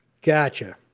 Gotcha